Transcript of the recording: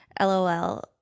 LOL